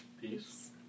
Peace